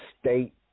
state